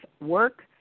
work